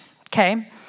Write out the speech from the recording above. okay